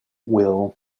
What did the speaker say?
will